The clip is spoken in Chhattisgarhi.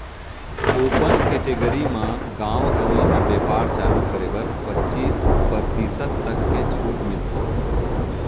ओपन केटेगरी म गाँव गंवई म बेपार चालू करे बर पचीस परतिसत तक के छूट मिलथे